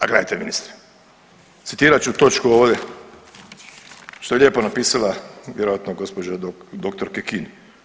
A gledajte ministre, citirat ću točku ovde što je lijepo napisala vjerojatno gospođa doktor Kekin.